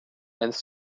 and